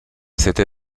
cette